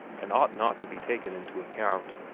and ought not to be taken into account.